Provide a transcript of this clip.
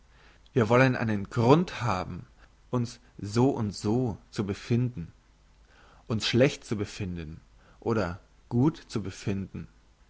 wir wollen einen grund haben uns so und so zu befinden uns schlecht zu befinden oder gut zu befinden